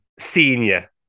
senior